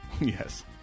yes